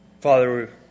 Father